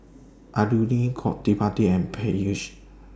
Alluri Gottipati and Peyush